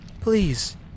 Please